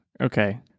okay